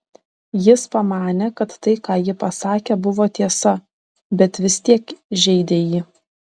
jis pamanė kad tai ką ji pasakė buvo tiesa bet vis tiek žeidė jį